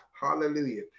Hallelujah